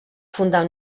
fundar